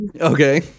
Okay